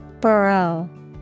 Burrow